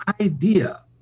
idea